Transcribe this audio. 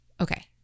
Okay